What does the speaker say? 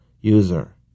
User